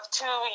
two